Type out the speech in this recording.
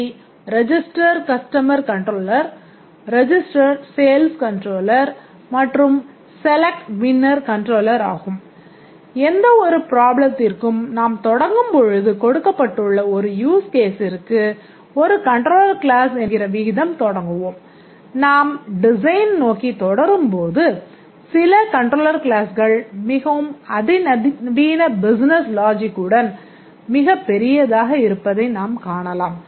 அவை register customer controller மிகப் பெரியதாக இருப்பதை நாம் காணலாம்